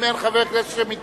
אם אין חבר כנסת שמתנגד,